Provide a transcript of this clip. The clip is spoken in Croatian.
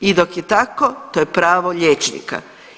I dok je tako to je pravo liječnika.